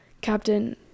Captain